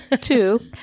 two